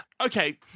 Okay